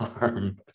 arm